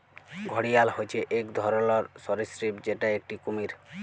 ঘড়িয়াল হচ্যে এক ধরলর সরীসৃপ যেটা একটি কুমির